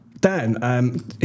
Dan